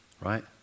right